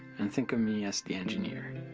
and think of me as the engineer